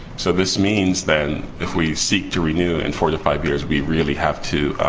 so, this means, then, if we seek to renew in four to five years, we really have to